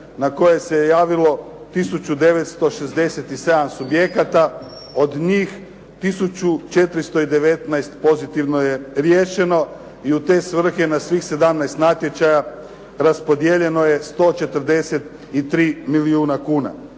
na koje se je javilo 1967 subjekata. Od njih 1419 pozitivno je riješeno i u te svrhe na svih 17 natječaja raspodijeljeno je 143 milijuna kuna.